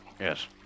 yes